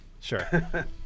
sure